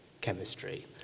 chemistry